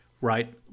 Right